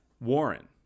Warren